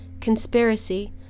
conspiracy